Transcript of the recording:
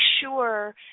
sure